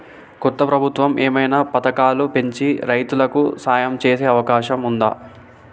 కొత్త ప్రభుత్వం ఏమైనా పథకాలు పెంచి రైతులకు సాయం చేసే అవకాశం ఉందా?